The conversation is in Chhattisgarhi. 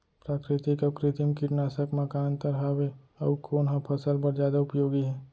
प्राकृतिक अऊ कृत्रिम कीटनाशक मा का अन्तर हावे अऊ कोन ह फसल बर जादा उपयोगी हे?